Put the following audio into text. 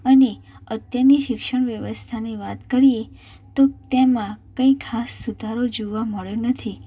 અને અત્યારની શિક્ષણ વ્યવસ્થાની વાત કરીએ તો તેમાં કંઈ ખાસ સુધારો જોવા મળ્યો નથી